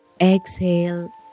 Exhale